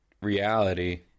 reality